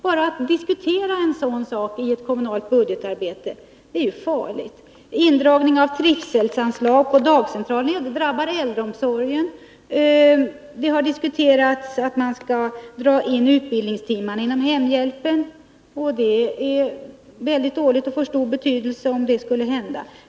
Det är farligt att man i ett kommunalt budgetarbete ens kan diskutera en sådan sak. Indragningen av trivselanslagen till dagcentralerna drabbar äldreomsorgen. Det har diskuterats att man skall dra in utbildningstimmarna inom hemhjälpen, vilket är ett dåligt förslag, som skulle få stor negativ betydelse om det genomfördes.